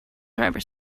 driver